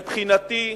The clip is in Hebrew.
מבחינתי,